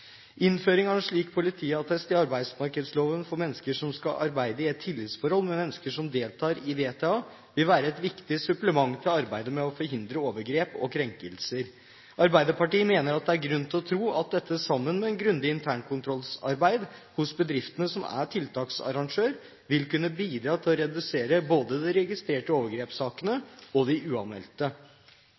Innføring av en slik politiattest i arbeidsmarkedsloven for mennesker som skal arbeide i et tillitsforhold med mennesker som deltar i VTA, vil være et viktig supplement i arbeidet med å forhindre overgrep og krenkelser. Arbeiderpartiet mener at det er grunn til å tro at dette, sammen med grundig internkontrollarbeid hos bedriftene som er tiltaksarrangør, vil kunne bidra til å redusere både de registrerte overgrepssakene og de uanmeldte.